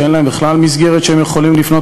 שאין להם בכלל מסגרת שהם יכולים לפנות